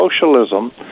socialism